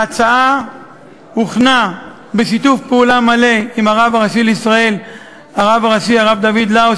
ההצעה הוכנה בשיתוף פעולה מלא עם הרב הראשי לישראל הרב דוד לאו,